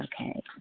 okay